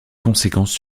conséquences